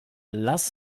lass